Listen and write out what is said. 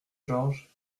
georges